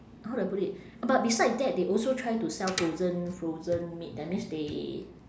how do I put it but besides that they also try to sell frozen frozen meat that means they